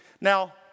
Now